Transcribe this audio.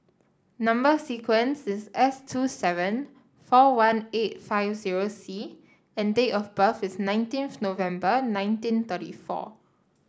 number sequence is S two seven four one eight five zero C and date of birth is nineteenth November nineteen thirty four